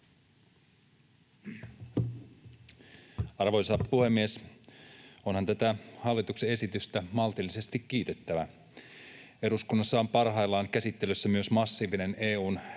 Arvoisa puhemies! Onhan tätä hallituksen esitystä maltillisesti kiitettävä. Eduskunnassa on parhaillaan käsittelyssä myös massiivinen EU:n